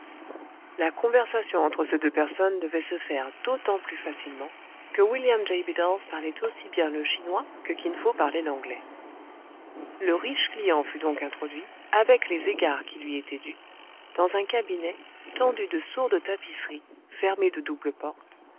la conversation entre ces deux personnes devait se faire d'autant plus facilement que william j bidulph parlait aussi bien le chinois que kin fo parlait l'anglais le riche client fut donc introduit avec les égards qui lui étaient dus dans un cabinet tendu de sourdes tapisseries fermé de doubles portes